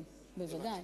כן, ודאי.